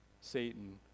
Satan